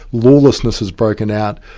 lawlessness has broken out,